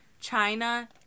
China